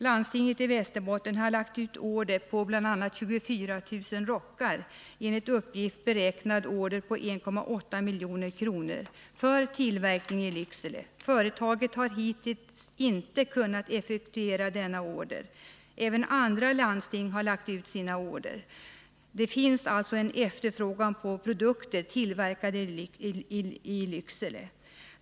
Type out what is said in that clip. Landstinget i Västerbotten har lagt ut order på bl.a. 24000 rockar, enligt uppgift på 1,8 milj.kr., för tillverkning i Lycksele. Företaget har hittills inte kunnat effektuera denna order. Även andra landsting har gjort beställningar hos fabriken i Lycksele. Det finns sålunda en god efterfrågan på företagets produkter.